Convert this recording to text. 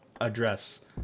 address